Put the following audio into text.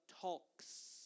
talks